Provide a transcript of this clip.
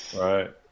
Right